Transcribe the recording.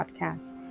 podcast